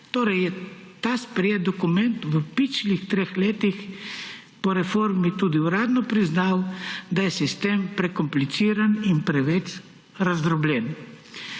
Torej je ta sprejeti dokument v pičlih treh letih po reformi tudi uradno priznal, da je sistem prekompliciran in preveč razdrobljen.